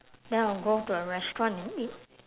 then I'll go to a restaurant and eat